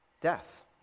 death